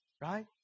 right